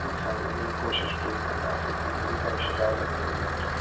जी साईं इन जी कोशिशि पूरी कंदासीं की अहिड़ी काई शिकाइत अॻिना न अचे